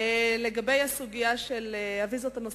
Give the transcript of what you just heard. לגבי הסוגיה של הוויזות הנוספות,